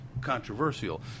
controversial